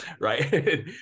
right